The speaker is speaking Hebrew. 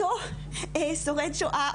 אותו שורד שואה,